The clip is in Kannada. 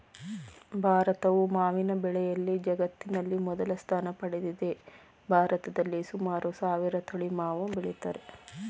ಭಾರತವು ಮಾವಿನ ಬೆಳೆಯಲ್ಲಿ ಜಗತ್ತಿನಲ್ಲಿ ಮೊದಲ ಸ್ಥಾನ ಪಡೆದಿದೆ ಭಾರತದಲ್ಲಿ ಸುಮಾರು ಸಾವಿರ ತಳಿ ಮಾವು ಬೆಳಿತಾರೆ